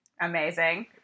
Amazing